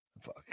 Fuck